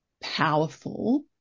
powerful